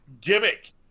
Gimmick